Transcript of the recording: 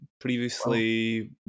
Previously